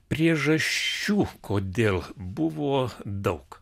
priežasčių kodėl buvo daug